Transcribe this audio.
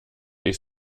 ich